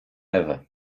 ewę